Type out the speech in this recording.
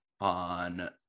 on